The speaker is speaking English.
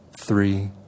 three